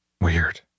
Weird